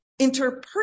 interpersonal